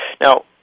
now